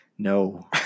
No